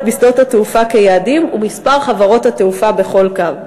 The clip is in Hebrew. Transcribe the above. בשדות התעופה כיעדים ועל מספר חברות התעופה בכל קו.